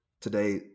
Today